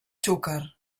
xúquer